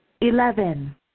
Eleven